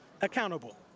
accountable